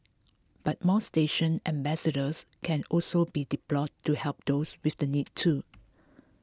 but more station ambassadors can also be deployed to help those with the need too